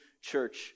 church